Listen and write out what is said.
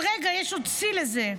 אבל רגע, יש עוד שיא לזה,